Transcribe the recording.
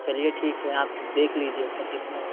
चलिए ठीक है आप देख लीजिएगा कितना